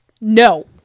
No